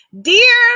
dear